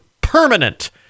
permanent